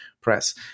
Press